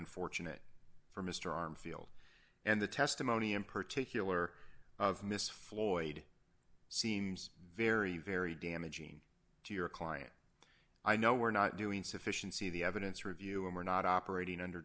unfortunate for mr armfield and the testimony in particular of miss floyd seems very very damaging to your client i know we're not doing sufficiency of the evidence review and we're not operating under